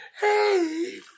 hey